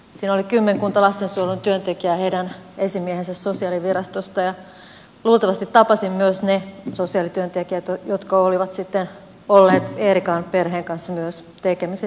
siellä oli kymmenkunta lastensuojelun työntekijää ja heidän esimiehensä sosiaalivirastosta ja luultavasti tapasin myös ne sosiaalityöntekijät jotka olivat sitten olleet myös eerikan perheen kanssa tekemisissä